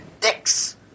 dicks